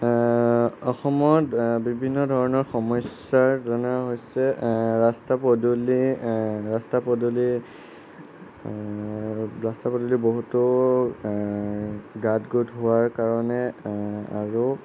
অসমত বিভিন্ন ধৰণৰ সমস্যাৰ যেনে হৈছে ৰাস্তা পদূলি ৰাস্তা পদূলি আৰু ৰাস্তা পদূলি বহুতো গাঁত গোত হোৱাৰ কাৰণে আৰু